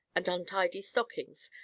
and untidy stockings,